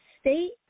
state